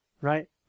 right